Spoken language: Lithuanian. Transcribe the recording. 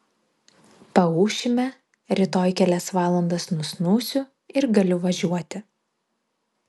paūšime rytoj kelias valandas nusnūsiu ir galiu važiuoti